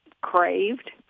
craved